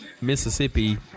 Mississippi